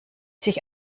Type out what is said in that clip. sich